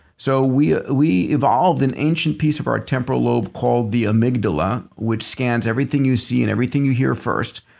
so we ah we evolved and the ancient piece of our temporal lobe called the amygdala, which scans everything you see and everything you hear first.